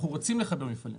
אנחנו רוצים לחבר מפעלים.